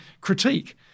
critique